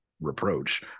reproach